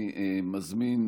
אני מזמין,